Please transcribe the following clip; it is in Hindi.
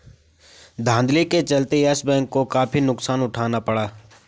धांधली के चलते यस बैंक को काफी नुकसान उठाना पड़ा